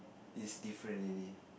is different already